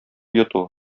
йоту